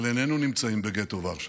אבל איננו נמצאים בגטו ורשה,